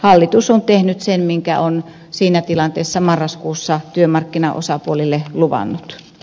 hallitus on tehnyt sen minkä on siinä tilanteessa marraskuussa työmarkkinaosapuolille luvannut